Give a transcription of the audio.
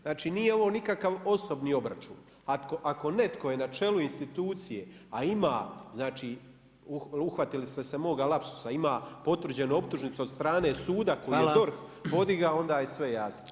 Znači nije ovo nikakav osobni obračun, ako netko je na čelu institucije a ima, znači uhvatili ste se moga lapsuza, ima potvrđenu optužnicu od strane suda koji je DORH podigao, onda je sve jasno.